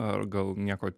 ar gal nieko